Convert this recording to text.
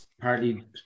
partly